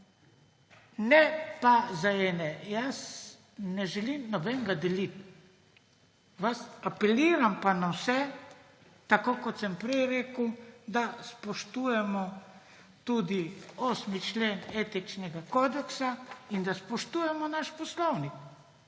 ne pa za ene. Ne želim nobenega deliti, apeliram pa na vse, tako kot sem prej rekel, da spoštujemo tudi 8. člen Etičnega kodeksa in da spoštujemo naš poslovnik.